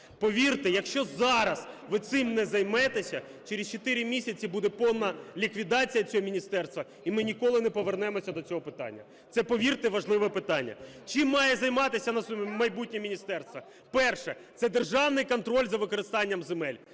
Повірте, якщо зараз ви цим не займетеся, через 4 місяці буде повна ліквідація цього міністерства і ми ніколи не повернемося до цього питання. Це, повірте, важливе питання. Чим має займатися на майбутнє міністерство? Перше - це державний контроль за використанням земель.